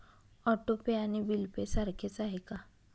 Auto pay आणि bill pay सारखेच आहे का?